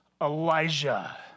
Elijah